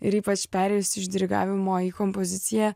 ir ypač perėjus iš dirigavimo į kompoziciją